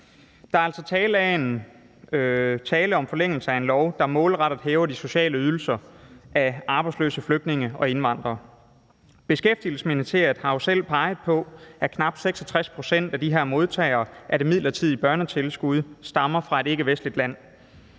Der er altså tale om forlængelse af en lov, der målrettet hæver de sociale ydelser for arbejdsløse flygtninge og indvandrere. Beskæftigelsesministeriet har selv peget på, at knap 66 pct. af de her modtagere af det midlertidige børnetilskud stammer fra et ikkevestligt land.